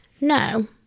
No